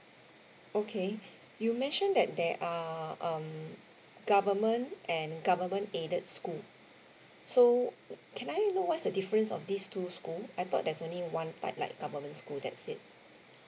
okay you mentioned that there are um government and government aided school so can I know what's the difference of these two school I thought there's only one type like government school that's it